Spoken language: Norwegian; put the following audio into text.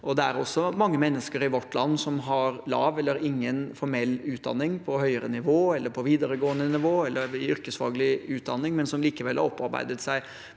Det er også mange mennesker i vårt land som har lav eller ingen formell utdanning på høyere nivå, på videregående nivå eller i yrkesfaglig utdanning, men som likevel har opparbeidet seg